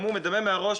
מדמם מהראש,